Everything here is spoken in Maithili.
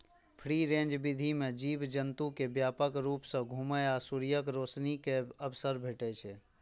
फ्री रेंज विधि मे जीव जंतु कें व्यापक रूप सं घुमै आ सूर्यक रोशनी के अवसर भेटै छै